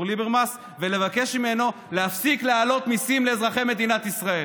ליברמס ולבקש ממנו להפסיק להעלות מיסים לאזרחי מדינת ישראל.